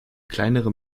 kleinere